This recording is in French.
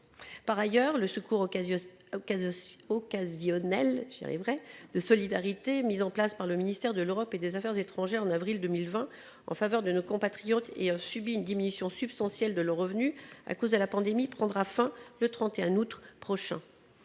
Par ailleurs, le secours occasionnel de solidarité mis en place par le ministère de l'Europe et des affaires étrangères au mois d'avril 2020 en faveur de nos compatriotes ayant subi une diminution substantielle de leurs revenus à cause de la pandémie prendra fin le 31 août prochain.